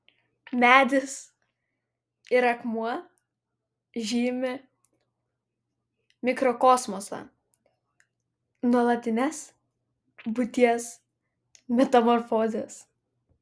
medis ir akmuo žymi mikrokosmosą nuolatines būties metamorfozes